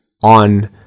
on